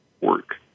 work